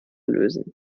lösen